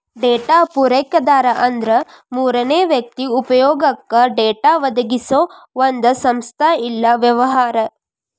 data ಪೂರೈಕೆದಾರ ಅಂದ್ರ ಮೂರನೇ ವ್ಯಕ್ತಿ ಉಪಯೊಗಕ್ಕ ಡೇಟಾ ಒದಗಿಸೊ ಒಂದ್ ಸಂಸ್ಥಾ ಇಲ್ಲಾ ವ್ಯವಹಾರ